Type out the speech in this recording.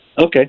Okay